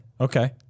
Okay